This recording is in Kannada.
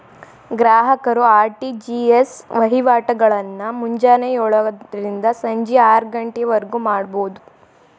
ಗ್ರಾಹಕರು ಆರ್.ಟಿ.ಜಿ.ಎಸ್ ವಹಿವಾಟಗಳನ್ನ ಮುಂಜಾನೆ ಯೋಳರಿಂದ ಸಂಜಿ ಆರಗಂಟಿವರ್ಗು ಮಾಡಬೋದು